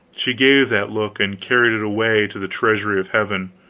she gave that look, and carried it away to the treasury of heaven,